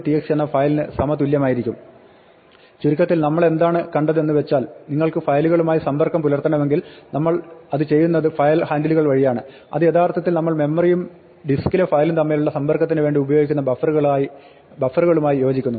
txt എന്ന ഫയലിന് സമതുല്യമായിരിക്കും ചുരുക്കത്തിൽ നമ്മളെന്താണ് കണ്ടത് എന്നുവെച്ചാൽ നിങ്ങൾക്ക് ഫയലുകളുമായി സമ്പർക്കം പുലർത്തണമെങ്കിൽ നമ്മൾ അത് ചെയ്യുന്നത് ഫയൽ ഹാൻഡിലുകൾ വഴിയാണ് അത് യഥാർത്ഥിൽ നമ്മൾ മെമ്മറിയും ഡിസ്ക്കിലെ ഫയലും തമ്മിലുള്ള സമ്പർക്കത്തിന് വേണ്ടി ഉപയോഗിക്കുന്ന ബഫറുകളുമായി യോജിക്കുന്നു